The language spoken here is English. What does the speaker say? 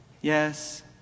Yes